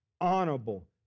honorable